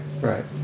Right